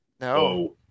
No